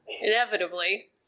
inevitably